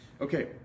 okay